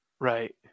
Right